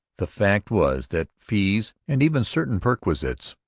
the fact was that fees, and even certain perquisites,